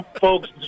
folks